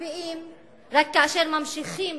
מקפיאים רק כאשר ממשיכים